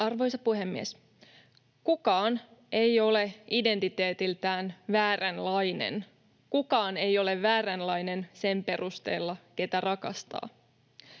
Arvoisa puhemies! Kukaan ei ole identiteetiltään vääränlainen. Kukaan ei ole vääränlainen sen perusteella, ketä rakastaa.